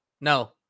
no